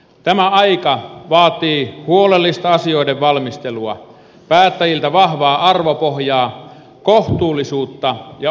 tämä aika vaatii huolellista asioiden valmistelua päättäjiltä vahvaa arvopohjaa kohtuullisuutta ja oikeudenmukaisuutta